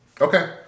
Okay